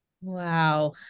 Wow